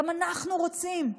גם אנחנו רוצים.